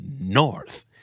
north